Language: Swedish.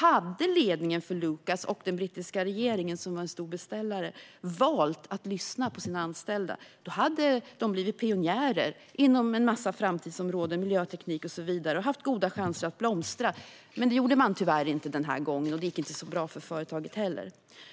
Hade ledningen för Lucas - och den brittiska regeringen, som var en stor beställare - valt att lyssna på de anställda hade de blivit pionjärer inom en massa framtidsområden, såsom miljöteknik, och haft goda chanser att blomstra. Men det gjorde man tyvärr inte den här gången, och det gick inte heller så bra för företaget.